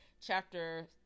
chapter